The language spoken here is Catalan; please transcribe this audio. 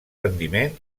rendiment